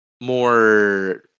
more